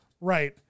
Right